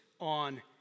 on